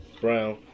Brown